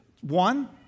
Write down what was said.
One